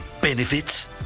Benefits